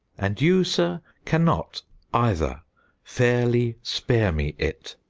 and you sir, cannot either fairly spare me it.